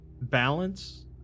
Balance